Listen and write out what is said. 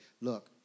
look